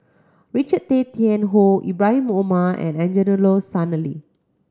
Richard Tay Tian Hoe Ibrahim Omar and Angelo Sanelli